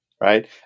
right